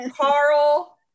Carl